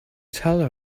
tell